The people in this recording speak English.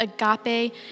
agape